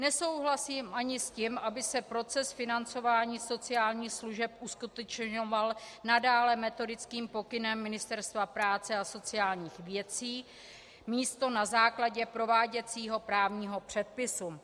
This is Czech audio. Nesouhlasím ani s tím, aby se proces financování sociálních služeb uskutečňoval nadále metodickým pokynem Ministerstva práce a sociálních věcí místo na základě prováděcího právního předpisu.